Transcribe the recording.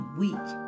weak